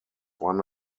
one